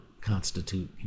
constitute